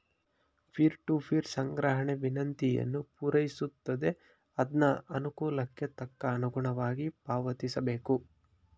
peer to peer ಸಂಗ್ರಹಣೆ ವಿನಂತಿಯನ್ನು ಪೂರೈಸುತ್ತದೆ ಅದ್ನ ಅನುಕೂಲಕ್ಕೆ ತಕ್ಕ ಅನುಗುಣವಾಗಿ ಪಾವತಿಸಬೇಕು